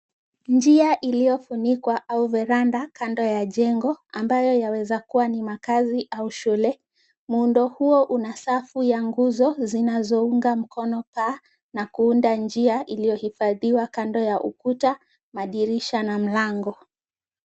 Njia iliyofunikwa au veranda kando ya jengo, ambayo yaweza kuwa ni makazi au shule. muundo huo una safu ya nguzo zinazo unga mkono paa na kuunda njia iliyohifadhiwa kando ya ukuta, madirisha na mlango.